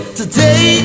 today